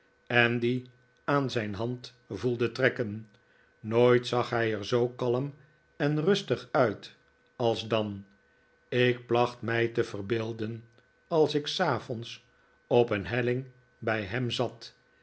en dien aan zijn hand voelde trekken nooit zag hij er zoo kalm en rustig uit als dan ik placht mij te verbeelden als ik s avonds op een helling bij hem zat